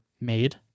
made